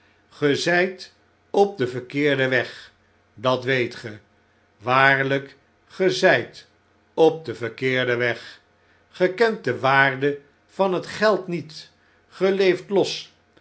op den verkeerden weg dat weet ge waarlyk ge zyt op den verkeerden weg ge kent de waarde van het geld niet ge leeft